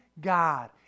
God